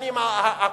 בשנים הקרובות,